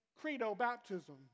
credo-baptism